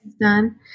done